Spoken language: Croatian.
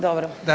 Dobro.